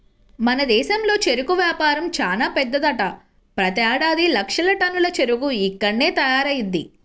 మన దేశంలో చెరుకు వ్యాపారం చానా పెద్దదంట, ప్రతేడాది లక్షల టన్నుల చెరుకు ఇక్కడ్నే తయారయ్యిద్ది